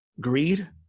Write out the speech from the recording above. greed